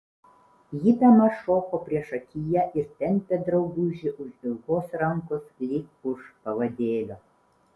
ji bemaž šoko priešakyje ir tempė draugužį už ilgos rankos lyg už pavadėlio